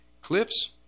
cliffs